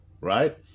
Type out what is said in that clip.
Right